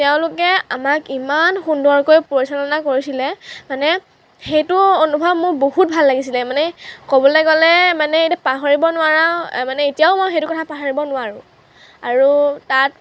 তেওঁলোকে আমাক ইমান সুন্দৰকৈ পৰিচালনা কৰিছিলে মানে সেইটো অনুভৱ মোৰ বহুত ভাল লাগিছিলে মানে ক'বলৈ গ'লে মানে এতিয়া পাহৰিব নোৱাৰা মানে এতিয়াও মই সেইটো কথা পাহৰিব নোৱাৰোঁ আৰু তাত